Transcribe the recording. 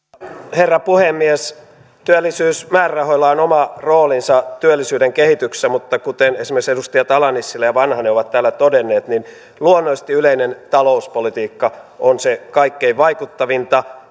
herra puhemies työllisyysmäärärahoilla on oma roolinsa työllisyyden kehityksessä mutta kuten esimerkiksi edustajat ala nissilä ja vanhanen ovat täällä todenneet niin luonnollisesti yleinen talouspolitiikka on kaikkein vaikuttavinta